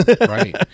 right